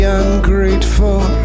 ungrateful